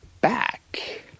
back